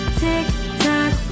tick-tock